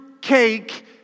cake